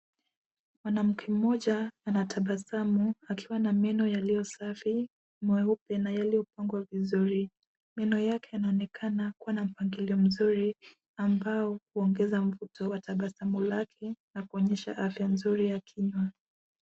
Mwanamke mmoja anatabasamu akiwa na meno yaliyo safi , meupe na yaliyopangwa vizuri. Meno yake yanaoenakana kuwa na mpangilio mzuri ambao huongeza mvuto wa tabasamu lake na kuonyesha afya nzuri ya kinywa.